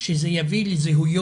שזה יביא לזיהויו